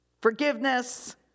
forgiveness